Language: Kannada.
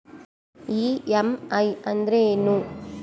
ಇ.ಎಮ್.ಐ ಅಂದ್ರೇನು?